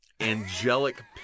angelic